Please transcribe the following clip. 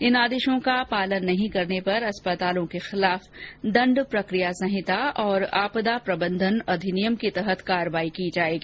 इन आदेश का पालन नहीं करने पर अस्पतालों के खिलाफ दंड प्रक्रिया संहिता और आपदा प्रबंधन अधिनियम के तहत कार्यवाही की जायेगी